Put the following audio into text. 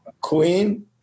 Queen